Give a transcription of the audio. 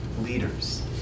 leaders